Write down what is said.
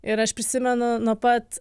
ir aš prisimenu nuo pat